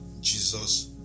Jesus